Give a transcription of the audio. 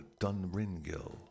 Dunringill